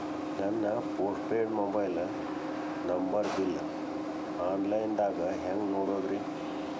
ನನ್ನ postpaid mobile number bill, online ದಾಗ ಹ್ಯಾಂಗ್ ನೋಡೋದ್ರಿ?